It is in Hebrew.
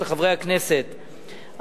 לחברי הכנסת,